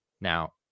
Now